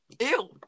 Ew